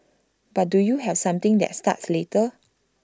but do you have something that starts later